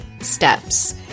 steps